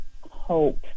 hope